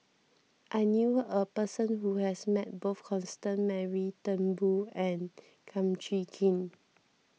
I knew a person who has met both Constance Mary Turnbull and Kum Chee Kin